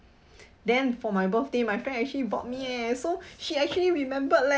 then for my birthday my friend actually bought me eh so she actually remembered leh